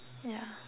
yeah